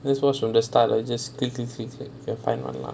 just watch from the start lah you just click click click click can find out